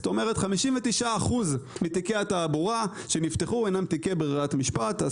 זאת אומרת 59% מתיקי התעבורה שנפתחו הינם תיקי ברירת משפט.